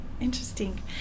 Interesting